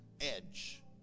edge